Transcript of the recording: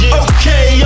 okay